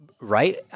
right